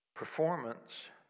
Performance